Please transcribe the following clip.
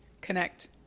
connect